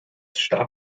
starb